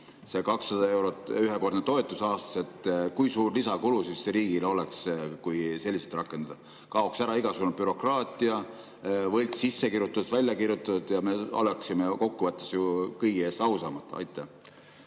selle 200 eurot ühekordset toetust aastas? Kui suur lisakulu see riigile oleks, kui selliselt rakendada? Kaoks ära igasugune bürokraatia, võltssissekirjutused, ‑väljakirjutused ja me oleksime kokkuvõttes ju kõigi ees ausamad. Aitäh!